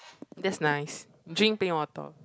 that's nice drink plain water